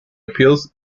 appeals